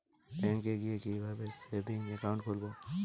ব্যাঙ্কে গিয়ে কিভাবে সেভিংস একাউন্ট খুলব?